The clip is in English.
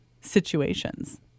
situations